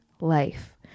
life